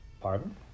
Pardon